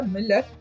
Miller